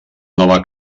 nova